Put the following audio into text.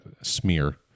Smear